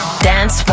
Dance